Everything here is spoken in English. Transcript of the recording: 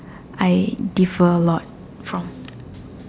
I differ a lot from